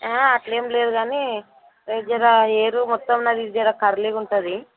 అట్ల ఏమి లేదు కానీ జర హెయిర్ మొత్తం అది జర కర్లీగా ఉంటుంది